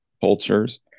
cultures